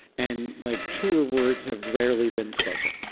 and like truer words have rarely been spoken